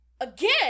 again